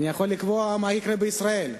אני יכול לקבוע מה יקרה בישראל.